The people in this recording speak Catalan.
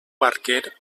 barquer